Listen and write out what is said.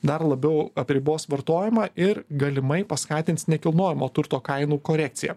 dar labiau apribos vartojimą ir galimai paskatins nekilnojamo turto kainų korekciją